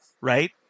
right